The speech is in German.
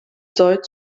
soll